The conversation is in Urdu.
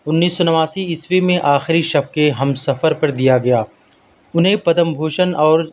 انیس سو نواسی عیسوی میں آخری شب کے ہم سفر پر دیا گیا انہیں پدم بھوشن اور